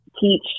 teach